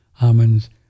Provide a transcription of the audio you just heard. almonds